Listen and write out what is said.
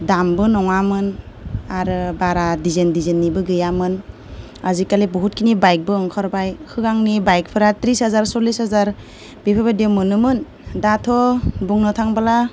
दामबो नङामोन आरो बारा दिजाइन दिजेननिबो गैयामोन आजिकालि बहुदखिनि बाइकबो ओंखारबाय सिगांनि बाइकफोरा थ्रिस हाजार सल्लिस हाजार बेफोरबादियाव मोनोमोन दाथ' बुंनो थाब्ला